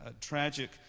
tragic